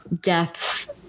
death